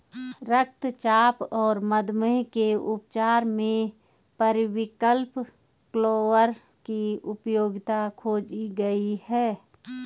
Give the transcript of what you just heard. रक्तचाप और मधुमेह के उपचार में पेरीविंकल फ्लावर की उपयोगिता खोजी गई है